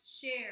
share